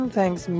thanks